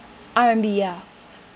R&B ya